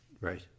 Right